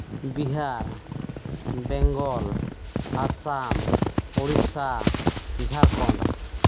Bihar Bengal Assam Odisha Jharkhand